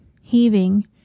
heaving